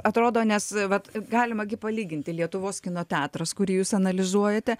atrodo nes vat galima gi palyginti lietuvos kino teatras kurį jūs analizuojate